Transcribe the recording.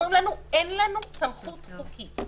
אומרים לנו: אין לנו סמכות חוקית.